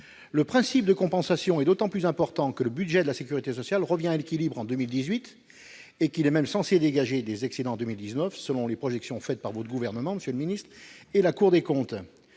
Le principe de compensation est d'autant plus important que le budget de la sécurité sociale revient à l'équilibre en 2018 et dégagera même des excédents en 2019, selon les projections faites par le Gouvernement, monsieur le ministre, et la Cour des comptes.